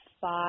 five